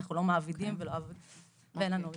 אנחנו לא מעבידים ואין לנו עובדים.